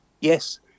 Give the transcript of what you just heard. Yes